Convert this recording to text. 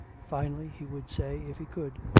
finally, he would say, if he could,